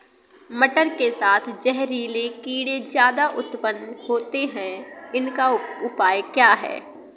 मटर के साथ जहरीले कीड़े ज्यादा उत्पन्न होते हैं इनका उपाय क्या है?